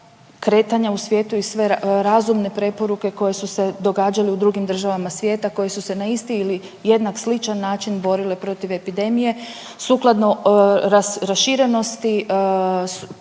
kretanja u svijetu i sve razumne preporuke koje su se događale u drugim državama svijeta koje su se na isti ili jednak i sličan način borile protiv epidemije sukladno raširenosti